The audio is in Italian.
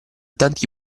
tanti